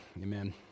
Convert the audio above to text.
amen